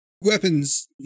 weapons